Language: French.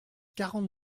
quarante